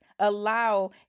allow